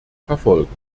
verfolgen